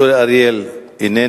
חבר הכנסת אורי אריאל, אינו